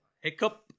hiccup